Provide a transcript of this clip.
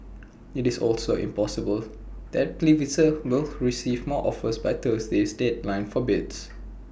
it's also possible that Pfizer will receive more offers by Thursday's deadline for bids